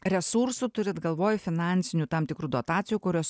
resursų turit galvoj finansinių tam tikrų dotacijų kurios